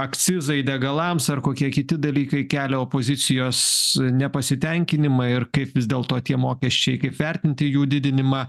akcizai degalams ar kokie kiti dalykai kelia opozicijos nepasitenkinimą ir kaip vis dėlto tie mokesčiai kaip vertinti jų didinimą